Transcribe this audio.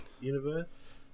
universe